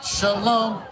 Shalom